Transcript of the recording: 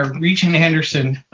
ah regent anderson,